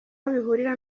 bihurira